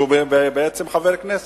שהוא בעצם חבר כנסת,